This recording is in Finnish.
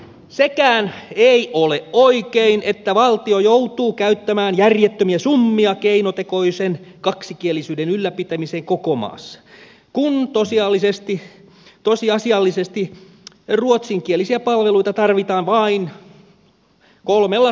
sekään ei ole oikein että valtio joutuu käyttämään järjettömiä summia keinotekoisen kaksikielisyyden ylläpitämiseen koko maassa kun tosiasiallisesti ruotsinkielisiä palveluita tarvitaan vain kolmella seutukunnalla